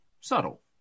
subtle